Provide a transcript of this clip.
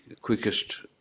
quickest